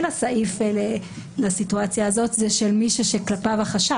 הסעיף לסיטואציה הזאת הוא של מי שכלפיו החשד,